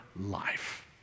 life